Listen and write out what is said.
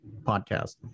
podcast